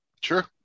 Sure